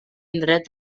indret